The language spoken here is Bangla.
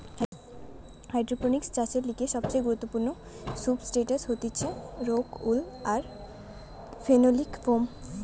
হাইড্রোপনিক্স চাষের লিগে সবচেয়ে গুরুত্বপূর্ণ সুবস্ট্রাটাস হতিছে রোক উল আর ফেনোলিক ফোম